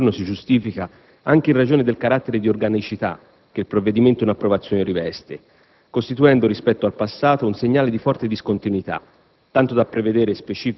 Il presente ordine del giorno si giustifica anche in ragione del carattere di organicità che il provvedimento in approvazione riveste, costituendo, rispetto al passato, un segnale di forte discontinuità,